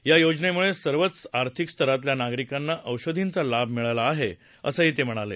या योजनेमुळे सर्वच आर्थिक स्तरातल्या नागरिकांना औषधींचा लाभ मिळाला आहे असं ते म्हणाले